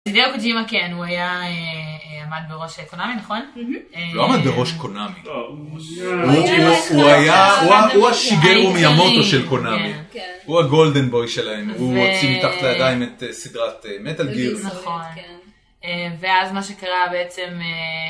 זה דרך ג'ימה כן, הוא עמד בראש קונאמי נכון? הוא לא עמד בראש קונאמי. הוא השיגרו מיהמוטו של קונאמי. הוא הגולדנבוי שלהם. הוא הוציא מתחת לידיים את סדרת מטאל גירס. נכון. ואז מה שקרה בעצם...